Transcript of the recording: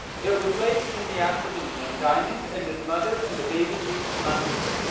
it was late in the afternoon when diamond and his mother and the baby reached london.